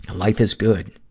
life is good.